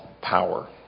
power